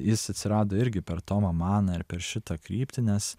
jis atsirado irgi per tomą maną ir per šitą kryptį nes